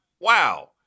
Wow